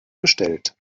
bestellt